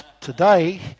today